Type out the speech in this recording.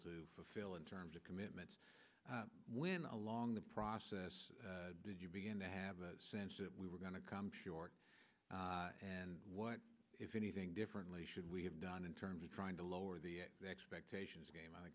to fulfill in terms of commitments when along the process did you begin to have a sense that we were going to come short and what if anything differently should we have done in terms of trying to lower the expectations game